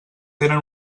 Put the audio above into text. tenen